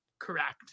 Correct